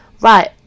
Right